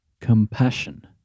compassion